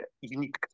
unique